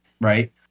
right